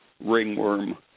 ringworm